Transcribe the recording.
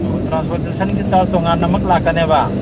ꯑꯣ ꯇ꯭ꯔꯥꯟꯏꯁꯄꯣꯔꯇꯦꯁꯟꯒꯤ ꯆꯥꯔꯖ ꯇꯣꯡꯉꯥꯟꯅ ꯑꯃꯨꯛ ꯂꯥꯛꯀꯅꯦꯕ